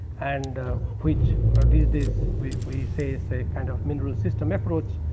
and which ah these days we we say say a kind of mineral system approach,